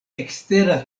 ekstera